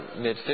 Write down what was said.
mid